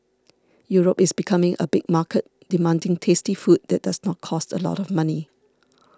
Europe is becoming a big market demanding tasty food that does not cost a lot of money